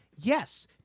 Yes